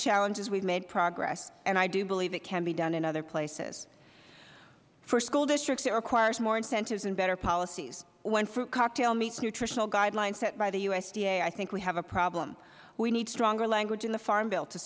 challenges we have made progress and i do believe it can be done in other places for school districts it requires more incentives and better policies when a fruit cocktail meets nutritional guidelines set by the usda i think we have a problem we need stronger language in the farm bill to